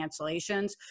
cancellations